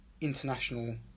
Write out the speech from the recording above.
international